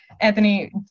Anthony